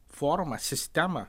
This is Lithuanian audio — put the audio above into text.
formą sistemą